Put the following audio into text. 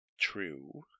True